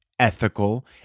ethical